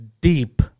deep